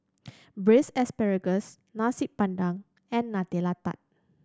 Braised Asparagus Nasi Padang and Nutella Tart